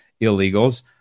illegals